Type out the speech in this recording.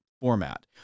format